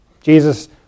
Jesus